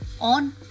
on